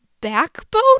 backbone